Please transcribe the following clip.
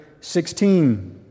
16